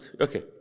okay